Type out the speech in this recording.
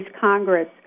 Congress